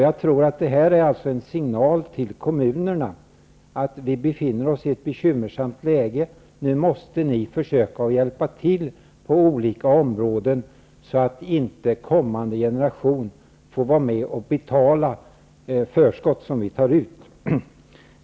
Jag tror att detta ger en signal till kommunerna att vi befinner oss i ett bekymmersamt läge. Nu måste ni försöka att hjälpa till på olika områden så att inte kommande generation får vara med och betala det förskott som vi tar ut.